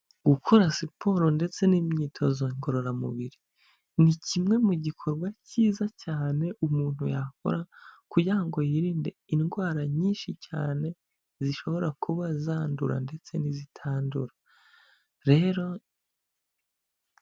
Gukora siporo ndetse n'imyitozo ngororamubiri, ni kimwe mu gikorwa cyiza cyane umuntu yakora kugira ngo yirinde indwara nyinshi cyane, zishobora kuba zandura ndetse n'izitandura rero...